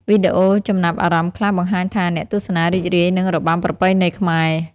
វីដេអូចំណាប់អារម្មណ៍ខ្លះបង្ហាញថា អ្នកទស្សនារីករាយនឹងរបាំប្រពៃណីខ្មែរ។